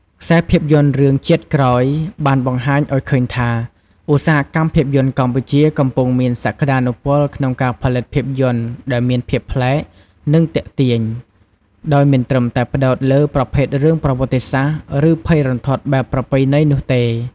ខ្សែភាពយន្តរឿង «ជាតិក្រោយ» បានបង្ហាញឲ្យឃើញថា ឧស្សាហកម្មភាពយន្តកម្ពុជាកំពុងមានសក្ដានុពលក្នុងការផលិតភាពយន្តដែលមានភាពប្លែក និងទាក់ទាញ ដោយមិនត្រឹមតែផ្ដោតលើប្រភេទរឿងប្រវត្តិសាស្ត្រ ឬភ័យរន្ធត់បែបប្រពៃណីនោះទេ។